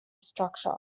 structure